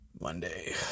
Monday